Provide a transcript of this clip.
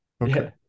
Okay